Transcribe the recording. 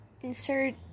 Insert